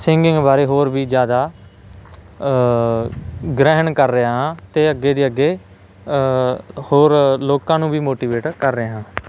singing ਬਾਰੇ ਹੋਰ ਵੀ ਜ਼ਿਆਦਾ ਗ੍ਰਹਿਣ ਕਰ ਰਿਹਾ ਹਾਂ ਅਤੇ ਅੱਗੇ ਦੀ ਅੱਗੇ ਹੋਰ ਲੋਕਾਂ ਨੂੰ ਵੀ ਮੋਟੀਵੇਟ ਕਰ ਰਿਹਾ ਹਾਂ